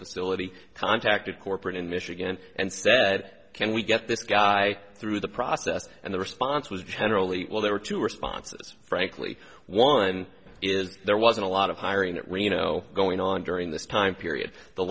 facility contacted corporate in michigan and said can we get this guy through the process and the response was generally well there are two responses frankly one is there wasn't a lot of hiring that we know going on during this time period the